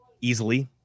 easily